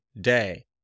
day